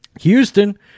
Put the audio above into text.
Houston